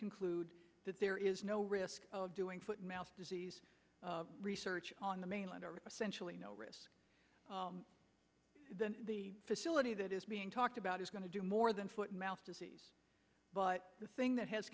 conclude that there is no risk of doing foot and mouth disease research on the mainland or essentially no risk that the facility that is being talked about is going to do more than foot and mouth disease but the thing that has